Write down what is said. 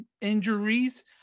injuries